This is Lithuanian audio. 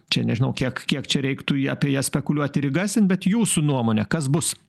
čia nežinau kiek kiek čia reiktų apie ją spekuliuoti ir įgarsint bet jūsų nuomone kas bus